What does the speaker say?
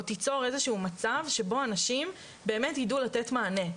תצור איזה שהוא מצב שבו אנשים באמת יידעו לתת מענה,